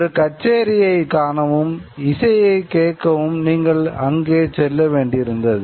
ஒரு கச்சேரியைக் காணவும் இசையைக் கேட்கவும் நீங்கள் அங்கேச் செல்ல வேண்டியிருந்தது